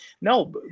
No